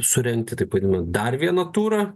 surengti taip vadinami dar vieno turo